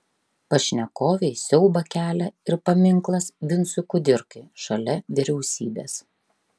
pašnekovei siaubą kelia ir paminklas vincui kudirkai šalia vyriausybės